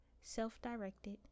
self-directed